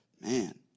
man